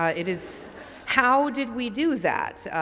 ah it is how did we do that?